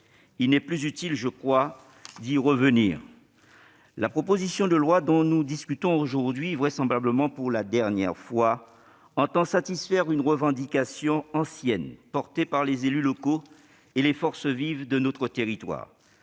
Il n'est plus utile d'y revenir. La proposition de loi dont nous discutons aujourd'hui- vraisemblablement pour la dernière fois -entend satisfaire une revendication ancienne, portée par les élus locaux et les forces vives de notre territoire,